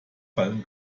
fallen